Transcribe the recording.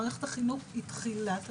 מערכת החינוך היא תחילת הדרך.